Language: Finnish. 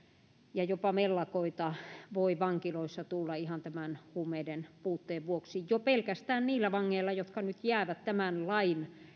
ja jopa mellakoita voi vankiloissa tulla ihan tämän huumeiden puutteen vuoksi jo pelkästään niillä vangeilla jotka nyt jäävät tämän lain